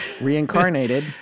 reincarnated